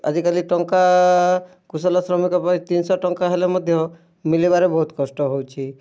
ଆଜିକାଲି ଟଙ୍କା କୁଶଲ ଶ୍ରମିକ ପାଇଁ ତିନି ଶହ ଟଙ୍କା ହେଲେ ମଧ୍ୟ ମିଲିବାରେ ବହୁତ କଷ୍ଟ ହେଉଛି